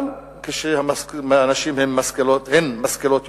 גם כשהנשים משכילות יותר.